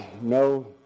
no